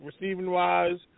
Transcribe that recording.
receiving-wise